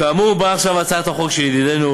כאמור, באה עכשיו הצעת החוק של ידידנו